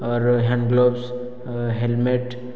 hand gloves helmet